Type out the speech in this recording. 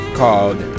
called